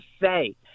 say